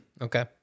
Okay